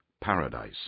paradise